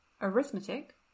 Arithmetic